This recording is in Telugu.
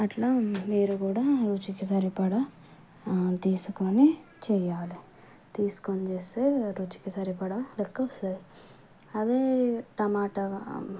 అట్లా మీరు కూడా రుచికి సరిపడ తీసుకొని చేయాలి తీసుకుని చేస్తే రుచికి సరిపడ లెక్క వస్తుంది అదే టమాట